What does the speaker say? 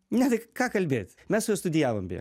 ne tai ką kalbėt mes su studijavom beje